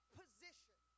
position